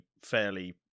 fairly